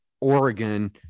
Oregon